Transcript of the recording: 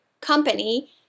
company